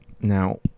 Now